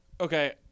okay